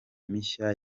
mishya